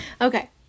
okay